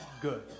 good